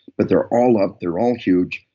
but they're all up. they're all huge.